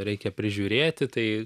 reikia prižiūrėti tai